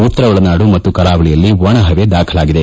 ಉತ್ತರ ಒಳನಾಡು ಮತ್ತು ಕರಾವಳಿಯಲ್ಲಿ ಒಣ ಪವೆ ದಾಖಲಾಗಿದೆ